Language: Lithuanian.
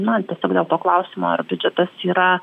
na tiesiog dėl to klausimo ar biudžetas yra